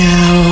Now